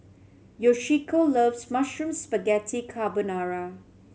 Yoshiko loves Mushroom Spaghetti Carbonara